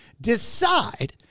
decide